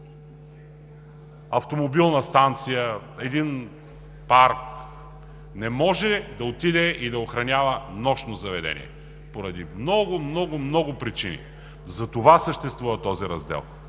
автомобилна станция, един парк не може да отиде и да охранява нощно заведение поради много, много, много причини. Затова съществува този раздел